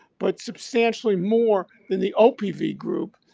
but substantially more than the opv group.